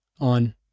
on